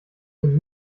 den